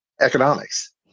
Economics